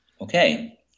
Okay